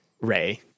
Ray